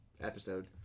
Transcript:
episode